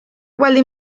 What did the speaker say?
baldin